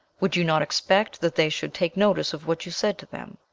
would you not expect that they should take notice of what you said to them?